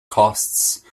costs